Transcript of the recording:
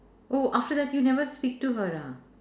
oh after that you never speak to her ah